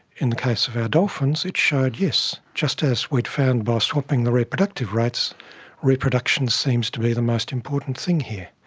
in the case of our dolphins it showed, yes, just as we'd found by swapping the reproductive rates reproduction seems to be the most important thing here.